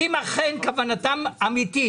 אם אכן כוונתם אמיתית